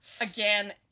again